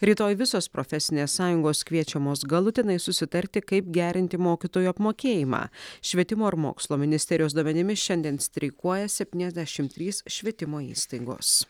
rytoj visos profesinės sąjungos kviečiamos galutinai susitarti kaip gerinti mokytojų apmokėjimą švietimo ir mokslo ministerijos duomenimis šiandien streikuoja septyniasdešimt trys švietimo įstaigos